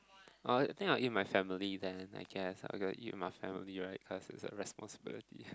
uh think I will eat my family then I guess okay eat with my family right cause it's a responsibility